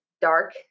dark